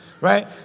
Right